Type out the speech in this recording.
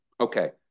Okay